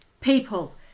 people